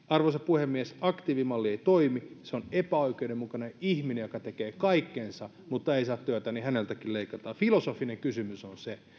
arvoisa puhemies aktiivimalli ei toimi se on epäoikeudenmukainen kun ihminen tekee kaikkensa mutta ei saa työtä niin häneltäkin leikataan filosofinen kysymys on se